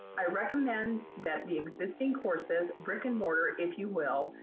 i recommend that the existing courses, brick and mortar, if you will,